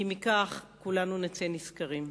כי מכך כולנו נצא נשכרים.